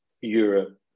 Europe